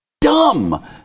dumb